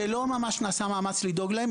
שלא ממש נעשה מאמץ לדאוג להם.